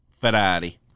Ferrari